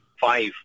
five